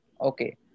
Okay